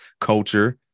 culture